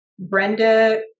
Brenda